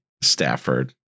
Stafford